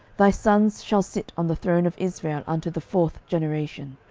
thy sons shall sit on the throne of israel unto the fourth generation.